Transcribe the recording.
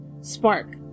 spark